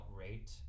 rate